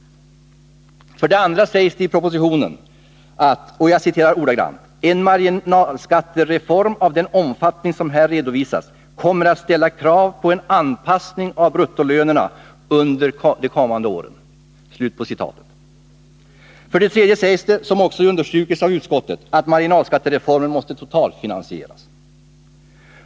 För det andra sägs det i propositionen: ”En marginalskattereform av den omfattning som här redovisats kommer att ställa krav på en anpassning av bruttolönerna under de kommande åren.” För det tredje sägs — som också understrukits av utskottet — att marginalskattereformen måste totalfinansieras.